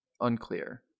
unclear